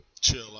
chill